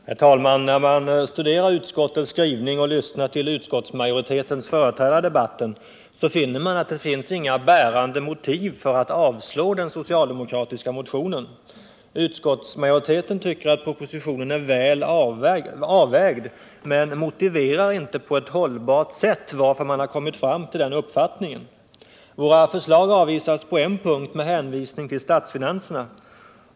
Herr talman! När man studerar utskottets skrivning och lyssnar till utskottsmajoritetens företrädare i debatten, finner man att det inte finns några bärande motiv för att avslå den socialdemokratiska motionen. Utskottsmajoriteten tycker att propositionen är väl avvägd, men motiverar inte på ett hållbart sätt, varför man har kommit fram till den uppfattningen. Flera förslag avvisas med hänvisning till statsfinanserna.